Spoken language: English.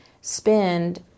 spend